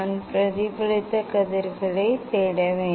நான் பிரதிபலித்த கதிர்களைத் தேட வேண்டும்